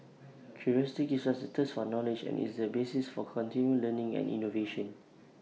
curiosity gives us the thirst one knowledge and is the basis for continual learning and innovation